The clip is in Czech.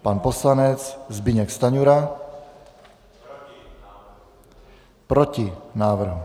Pan poslanec Zbyněk Stanjura: Proti návrhu.